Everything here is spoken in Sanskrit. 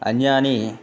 अन्ये